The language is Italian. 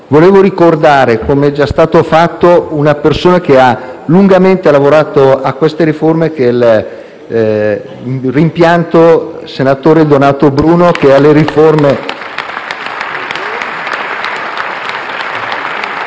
volevo ricordare, come è stato già fatto, una persona che ha lungamente lavorato a queste riforme, che è il rimpianto senatore Donato Bruno. *(Generali applausi.